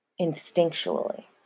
instinctually